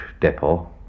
depot